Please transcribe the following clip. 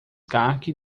cáqui